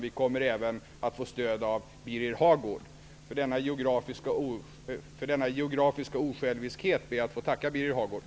Vi kommer även att få stöd från Birger Hagård. För denna geografiska osjälviskhet ber jag att få tacka Birger Hagård.